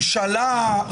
ממשלה,